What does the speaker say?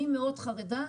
אני מאוד חרדה,